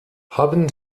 haben